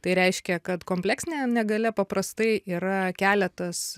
tai reiškia kad kompleksinė negalia paprastai yra keletas